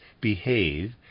behave